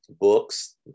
books